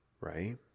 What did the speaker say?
right